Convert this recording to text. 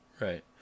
Right